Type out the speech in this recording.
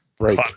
right